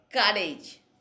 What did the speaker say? courage